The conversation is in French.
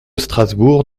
strasbourg